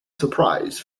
surprise